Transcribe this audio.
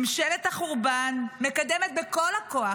ממשלת החורבן מקדמת בכל הכוח,